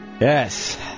Yes